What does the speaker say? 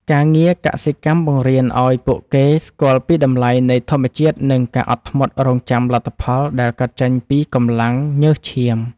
ការងារកសិកម្មបង្រៀនឱ្យពួកគេស្គាល់ពីតម្លៃនៃធម្មជាតិនិងការអត់ធ្មត់រង់ចាំលទ្ធផលដែលកើតចេញពីកម្លាំងញើសឈាម។